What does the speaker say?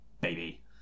baby